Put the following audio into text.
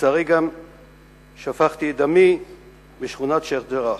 ולצערי גם שפכתי את דמי בשכונת שיח'-ג'ראח.